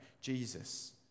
Jesus